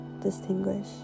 distinguish